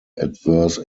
adverse